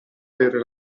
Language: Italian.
avere